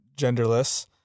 genderless